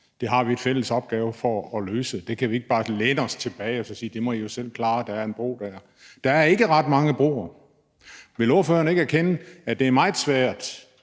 Det har vi en fælles opgave i forhold til at løse. Vi kan ikke bare læne os tilbage og sige: Det må I selv klare; der er en bro dér. Der er ikke ret mange broer. Vil ordføreren ikke erkende, at det er meget svært